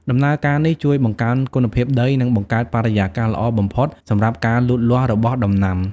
ដំណើរការនេះជួយបង្កើនគុណភាពដី និងបង្កើតបរិយាកាសល្អបំផុតសម្រាប់ការលូតលាស់របស់ដំណាំ។